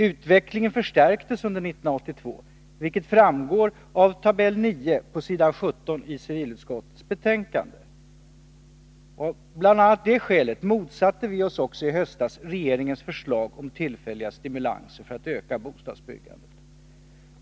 Utvecklingen förstärktes under 1982, vilket framgår av tabell 9 på s. 17 i civilutskottets betänkande. Av bl.a. detta skäl motsatte vi oss också i höstas regeringens förslag om tillfälliga stimulanser för att öka bostadsbyggandet.